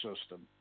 system